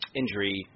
injury